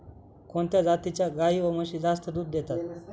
कोणत्या जातीच्या गाई व म्हशी जास्त दूध देतात?